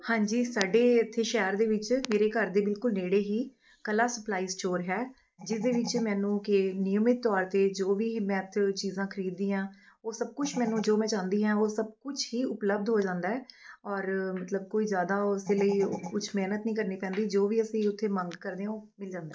ਹਾਂਜੀ ਸਾਡੇ ਇੱਥੇ ਸ਼ਹਿਰ ਦੇ ਵਿੱਚ ਮੇਰੇ ਘਰ ਦੇ ਬਿਲਕੁਲ ਨੇੜੇ ਹੀ ਕਲਾ ਸਪਲਾਈ ਸਟੋਰ ਹੈ ਜਿਸ ਦੇ ਵਿੱਚ ਮੈਨੂੰ ਕਿ ਨਿਯਮਿਤ ਤੌਰ 'ਤੇ ਜੋ ਵੀ ਮੈਂ ਇੱਥੋ ਚੀਜ਼ਾਂ ਖਰੀਦਦੀ ਹਾਂ ਉਹ ਸਭ ਕੁਛ ਮੈਨੂੰ ਜੋ ਮੈਂ ਚਾਹੁੰਦੀ ਹਾਂ ਉਹ ਸਭ ਕੁਛ ਹੀ ਉਪਲਬਧ ਹੋ ਜਾਂਦਾ ਹੈ ਔਰ ਮਤਲਬ ਕੋਈ ਜ਼ਿਆਦਾ ਉਸਦੇ ਲਈ ਕੁਛ ਮਿਹਨਤ ਨਹੀਂ ਕਰਨੀ ਪੈਂਦੀ ਜੋ ਵੀ ਅਸੀਂ ਉੱਥੇ ਮੰਗ ਕਰਦੇ ਹਾਂ ਉਹ ਮਿਲ ਜਾਂਦਾ ਹੈ